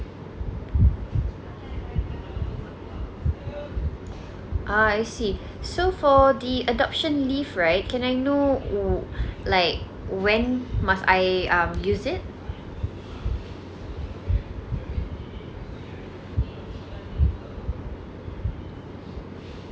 ah I see so for the adoption leave right can I know like when must I um use it